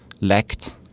lacked